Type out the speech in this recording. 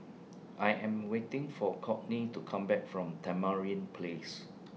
I Am waiting For Kourtney to Come Back from Tamarind Place